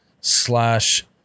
slash